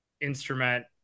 instrument